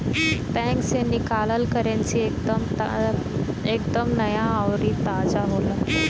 bank से निकालल currency एक दम नया अउरी ताजा होला